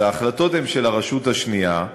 אז ההחלטות הן של הרשות השנייה,